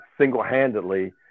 single-handedly